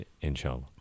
Inshallah